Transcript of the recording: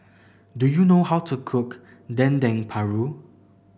do you know how to cook Dendeng Paru